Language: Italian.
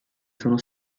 sono